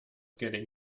getting